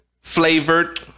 flavored